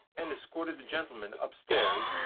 and escorted the gentleman upstairs,